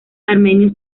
armenios